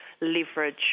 leverage